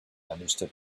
understood